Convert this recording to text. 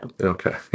okay